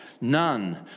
none